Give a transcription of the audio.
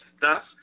Thus